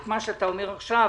את מה שאתה אומר עכשיו,